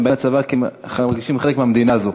הם באים לצבא כי הם מרגישים חלק מהמדינה הזאת.